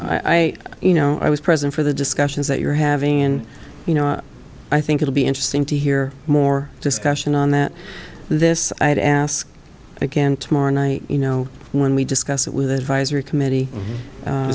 i you know i was present for the discussions that you're having and you know i think it'll be interesting to hear more discussion on that this i'd ask again tomorrow night you know when we discuss it with an advisory committee